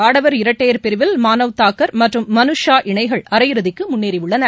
ஆடவர் இரட்டையர் பிரிவில் மானவ் தாக்கர் மற்றும் மனுஷ் ஷா இணைகள் அரை இறுதிக்கு முன்னேறியுள்ளன